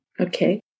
okay